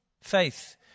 Faith